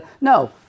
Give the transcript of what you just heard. No